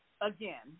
again